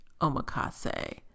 omakase